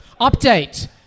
Update